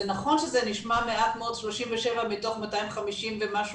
נכון שזה נשמע מעט מאוד, 37 מתוך 250 רשויות,